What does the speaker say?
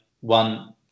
one